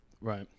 Right